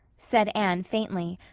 said anne faintly,